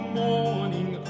morning